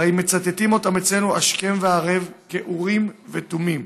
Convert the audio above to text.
הרי מצטטים אותם אצלנו השכם והערב כאורים ותומים,